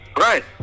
right